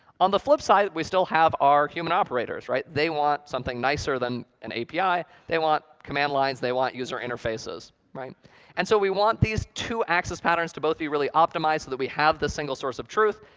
on the flip side, we still have our human operators, right? they want something nicer than an api. they want command lines. they want user interfaces. and so we want these two access patterns to both be really optimized so that we have the single source of truth,